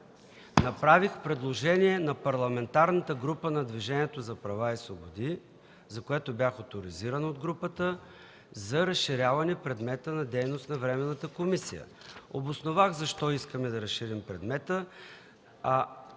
Направих предложение на Парламентарната група на Движението за права и свободи, за което бях оторизиран от групата, за разширяване предмета на дейност на Временната комисия. Обосновах защо искаме да разширим предмета.